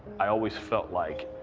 i always felt like